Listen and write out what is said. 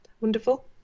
Wonderful